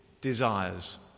desires